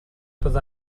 bydda